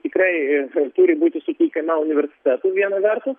tikrai turi būti sutikime universitetų viena vertus